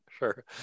Sure